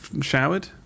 showered